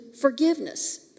forgiveness